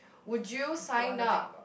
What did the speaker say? would you sign up